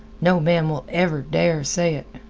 no man will ever dare say it.